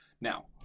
Now